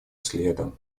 следом